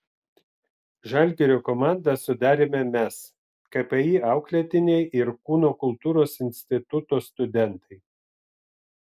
žalgirio komandą sudarėme mes kpi auklėtiniai ir kūno kultūros instituto studentai